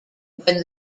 when